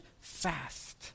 fast